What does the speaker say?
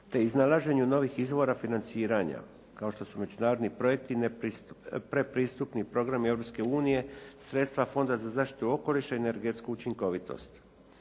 te iznalaženju novih izvora financiranju kao što su međunarodni projekti predpristupni programi Europske unije, sredstva Fonda za zaštitu okoliša i energetsku učinkovitost.